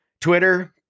Twitter